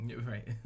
Right